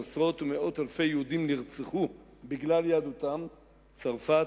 ועשרות ומאות אלפי יהודים נרצחו בגלל יהדותם; צרפת,